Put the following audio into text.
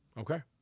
Okay